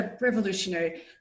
revolutionary